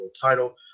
title